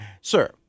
Sir